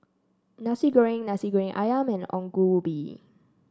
Nasi Goreng Nasi Goreng ayam and Ongol Ubi